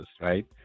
right